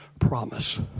Promise